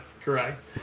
correct